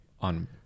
on